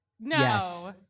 No